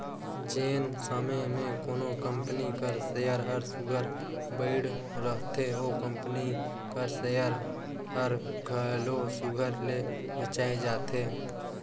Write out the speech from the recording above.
जेन समे में कोनो कंपनी कर सेयर हर सुग्घर बइढ़ रहथे ओ कंपनी कर सेयर हर घलो सुघर ले बेंचाए जाथे